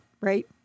right